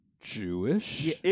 Jewish